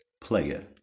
Player